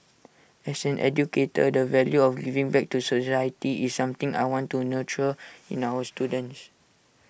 as an educator the value of giving back to society is something I want to nurture in our students